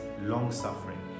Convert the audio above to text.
long-suffering